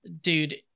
dude